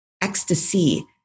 ecstasy